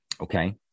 okay